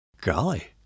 Golly